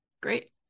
Great